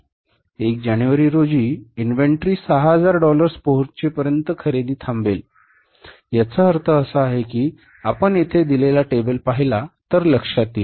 1 जानेवारी रोजी inventory 6000 dollars पोहोचेपर्यंत खरेदी थांबेल याचा अर्थ असा आहे की आपण येथे दिलेला टेबल पाहिला तर लक्षात येईल